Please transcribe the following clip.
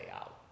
out